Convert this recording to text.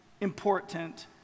important